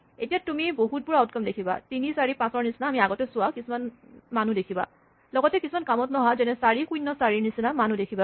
এতিয়া তুমি বহুতবোৰ আউটকম দেখিবা ৩ ৪ ৫ ৰ নিচিনা আমি আগতে চোৱা কিছুমান মানো দেখিবা লগতে কিছুমান কামত নহা ৪ ০ ৪ ৰ নিচিনা মানো দেখিবা